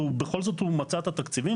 ובכל זאת הוא מצא את התקציבים,